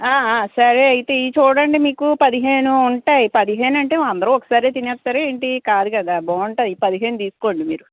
సరే అయితే ఇవి చూడండి మీకు పదిహేను ఉంటాయి పదిహేనంటే అందరూ ఒకసారే తినేస్తారా ఏంటి కాదు కదా బాగుంటాయి ఈ పదిహేను తీసుకోండి మీరు